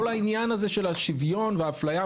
כל העניין הזה של השוויון ואפליה,